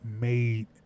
made –